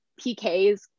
PKs